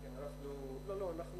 לא, אנחנו